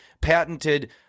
patented